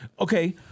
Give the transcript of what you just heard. okay